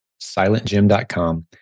silentgym.com